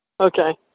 Okay